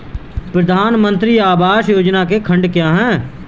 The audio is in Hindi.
प्रधानमंत्री आवास योजना के खंड क्या हैं?